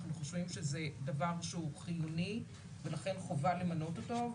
אנחנו חושבים שזה דבר שהוא חיוני ולכן חובה למנות אותו,